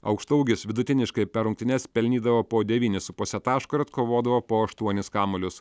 aukštaūgis vidutiniškai per rungtynes pelnydavo po devynis su puse taško ir atkovodavo po aštuonis kamuolius